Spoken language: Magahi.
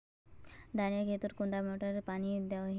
धानेर खेतोत कुंडा मोटर दे पानी दोही?